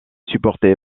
supporté